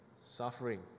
suffering